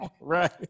Right